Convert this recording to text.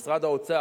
משרד האוצר,